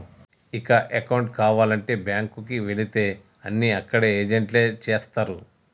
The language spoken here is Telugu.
ఇక అకౌంటు కావాలంటే బ్యాంకుకి వెళితే అన్నీ అక్కడ ఏజెంట్లే చేస్తరు